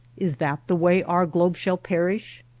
is that the way our globe shall perish?